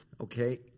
okay